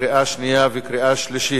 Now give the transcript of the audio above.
קריאה שנייה וקריאה שלישית.